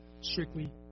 strictly